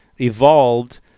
evolved